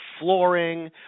flooring